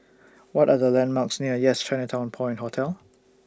What Are The landmarks near Yes Chinatown Point Hotel